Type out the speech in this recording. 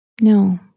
No